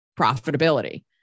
profitability